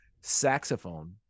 saxophone